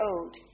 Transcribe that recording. old